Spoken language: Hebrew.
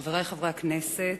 חברי חברי הכנסת,